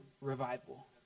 revival